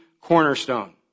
cornerstone